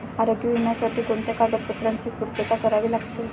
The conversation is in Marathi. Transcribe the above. आरोग्य विम्यासाठी कोणत्या कागदपत्रांची पूर्तता करावी लागते?